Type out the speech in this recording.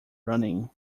running